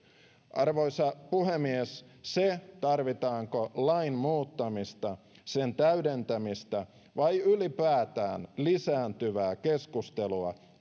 arvoisa puhemies se tarvitaanko lain muuttamista sen täydentämistä vai ylipäätään lisääntyvää keskustelua on